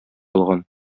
алган